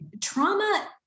trauma